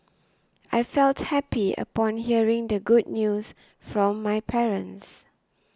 I felt happy upon hearing the good news from my parents